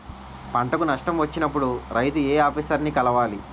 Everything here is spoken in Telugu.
పంటకు నష్టం వచ్చినప్పుడు రైతు ఏ ఆఫీసర్ ని కలవాలి?